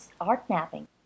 art-napping